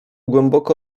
głęboko